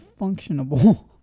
functionable